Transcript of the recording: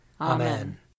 Amen